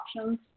options